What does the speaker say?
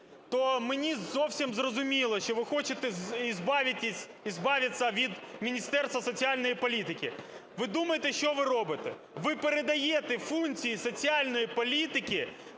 то мені зовсім зрозуміло, що ви хочете избавиться від Міністерства соціальної політики. Ви думайте, що ви робите. Ви передаєте функції соціальної політики